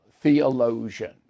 theologian